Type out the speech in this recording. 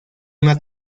una